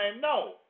no